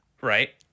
Right